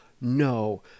No